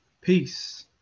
Peace